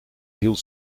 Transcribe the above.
hield